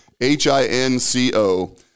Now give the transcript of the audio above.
H-I-N-C-O